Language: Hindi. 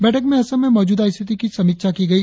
बैठक में असम में मौजूदा स्थिति की समीक्षा की गई